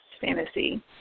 fantasy